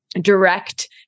direct